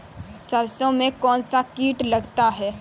सरसों में कौनसा कीट लगता है?